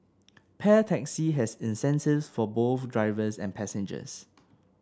Pair Taxi has incentives for both drivers and passengers